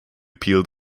peeled